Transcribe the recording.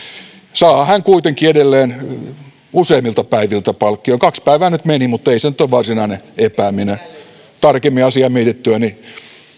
saahan hän kuitenkin edelleen useimmilta päiviltä palkkion kaksi päivää nyt meni mutta ei se nyt ole varsinainen epääminen tarkemmin asiaa mietittyäni